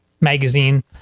magazine